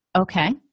Okay